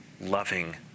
loving